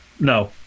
No